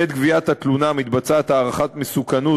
בעת גביית התלונה מתבצעת הערכת מסוכנות